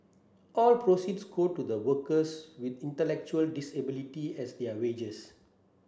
all proceeds go to the workers with intellectual disability as their wages